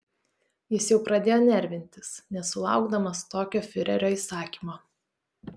jis jau pradėjo nervintis nesulaukdamas tokio fiurerio įsakymo